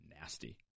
nasty